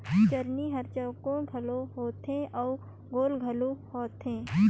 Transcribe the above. चलनी हर चउकोर घलो होथे अउ गोल घलो होथे